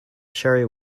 sherry